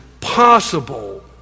possible